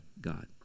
God